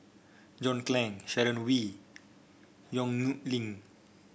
John Clang Sharon Wee Yong Nyuk Lin